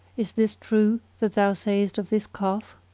is this true that thou sayest of this calf?